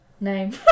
name